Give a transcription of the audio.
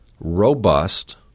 robust